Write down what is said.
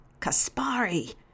Kaspari